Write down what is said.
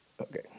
Okay